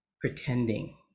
pretending